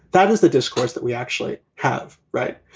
that is the discourse that we actually have. right.